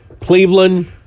Cleveland